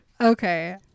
Okay